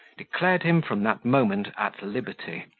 declared him from that moment at liberty,